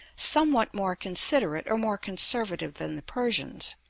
somewhat more considerate or more conservative than the persians.